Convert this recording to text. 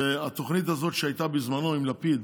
והתוכנית הזאת שהייתה בזמנו עם לפיד